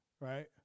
right